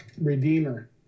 Redeemer